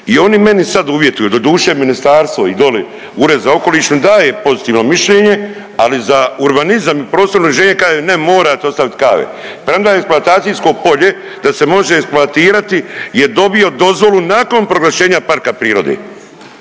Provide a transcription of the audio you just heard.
I oni meni sad uvjetuju doduše ministarstvo i doli Ured za okoliš on daje pozitivno mišljenje, ali za urbanizam i prostorno uređenje kaže ne morate ostaviti …/Govornik se ne razumije./… premda je eksploatacijsko polje da se može eksploatirati je dobio dozvolu nakon proglašenja parka prirode